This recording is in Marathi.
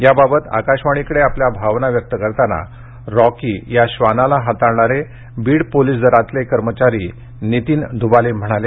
याबाबत आकाशवाणीकडे आपल्या भावना व्यक्त करताना रॉकी या श्वानाला हाताळणारे बीड पोलीस दलातले कर्मचारी नितीन दूबाले म्हणाले